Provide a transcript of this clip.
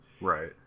Right